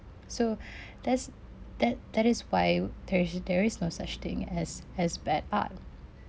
so there's that that is why there's there is no such thing as as bad art